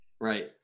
right